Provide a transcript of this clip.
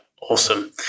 Awesome